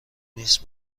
نیست